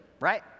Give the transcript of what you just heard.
right